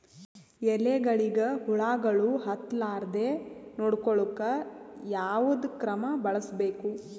ಎಲೆಗಳಿಗ ಹುಳಾಗಳು ಹತಲಾರದೆ ನೊಡಕೊಳುಕ ಯಾವದ ಕ್ರಮ ಬಳಸಬೇಕು?